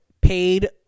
paid